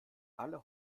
alle